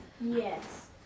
Yes